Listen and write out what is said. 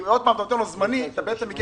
אם אתה נותן לו דרכון זמני אתה בעצם מגיע